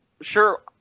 sure